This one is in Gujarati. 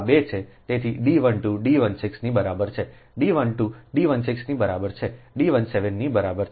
તેથી D 12 D 16 ની બરાબર છે D 12 D 16 ની બરાબર છે D 17 ની બરાબર છે